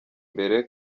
imbere